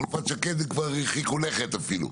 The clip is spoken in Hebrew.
חלופת שקד כבר הרחיקו לכת אפילו,